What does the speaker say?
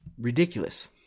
ridiculous